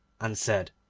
and said,